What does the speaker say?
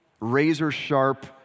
razor-sharp